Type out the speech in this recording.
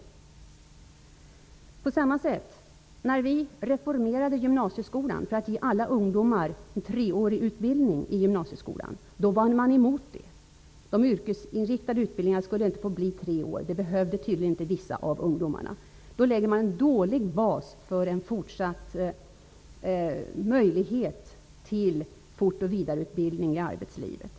På samma sätt var det när vi reformerade gymnasieskolan för att ge alla ungdomar en treårig gymnasieutbildning. Det var ni emot. De yrkesinriktade utbildningarna skulle inte få bli treåriga. Så lång utbildning behövde tydligen inte vissa av ungdomarna, enligt er uppfattning. Men då lägger man en dålig bas för en fortsatt möjlighet till fort och vidareutbildning i arbetslivet.